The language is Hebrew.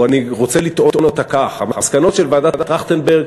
או אני רוצה לטעון אותה כך: המסקנות של ועדת טרכטנברג